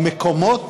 במקומות